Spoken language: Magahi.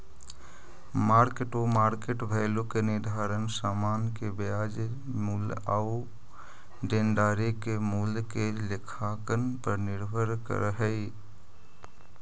मार्क टू मार्केट मूल्य के निर्धारण समान के बाजार मूल्य आउ देनदारी के मूल्य के लेखांकन पर निर्भर करऽ हई